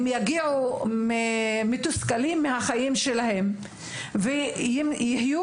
הם יגיעו מתוסכלים מהחיים שלהם ואם יהיו